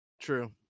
True